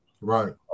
Right